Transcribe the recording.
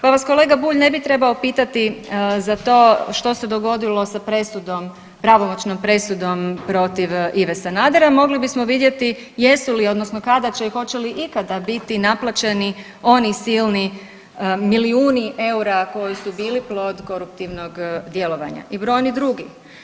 Pa vas kolega Bulj ne bi trebao pitati za to što se dogodilo sa presudom, pravomoćnom presudom protiv Ive Sanadera mogli bismo vidjeti jesu li odnosno kada su i hoće li ikada biti naplaćeni oni silni milijuni eura koji su bili plod koruptivnog djelovanja i brojni drugi.